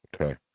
Okay